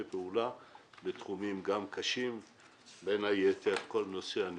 פעולה מוצלחים גם בנושאים קשים כמו למשל נושא הנכים.